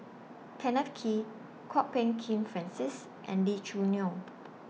Kenneth Kee Kwok Peng Kin Francis and Lee Choo Neo